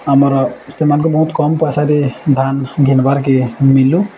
ଆମର ସେମାନଙ୍କୁ ବହୁତ କମ୍ ପଇସାରେ ଧାନ ଘିନ୍ବାରକେ ମିଲୁ